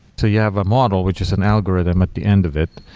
so you have a model, which is an algorithm at the end of it.